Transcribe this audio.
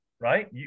right